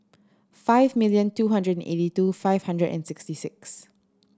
five million two hundred and eighty two five hundred and sixty six